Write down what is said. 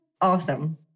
awesome